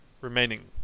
remaining